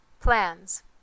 Plans